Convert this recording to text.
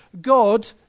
God